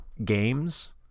games